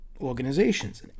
organizations